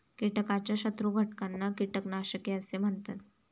कीटकाच्या शत्रू घटकांना कीटकनाशके असे म्हणतात